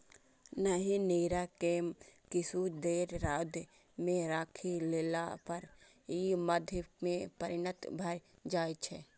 एहि नीरा कें किछु देर रौद मे राखि देला पर ई मद्य मे परिणत भए जाइ छै